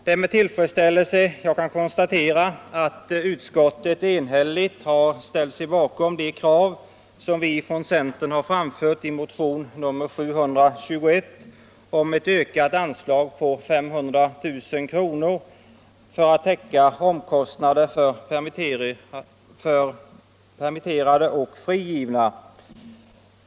Det är med tillfredsställelse jag kan konstatera att utskottet enhälligt har ställt sig bakom det krav som vi från centern har framfört i motionen 721 på ett med 500 000 kr. ökat anslag för att täcka omkostnader för permitterade och frigivna.